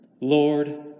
Lord